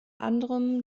anderem